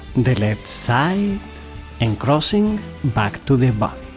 the left side and crossing back to the body.